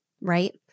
right